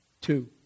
Two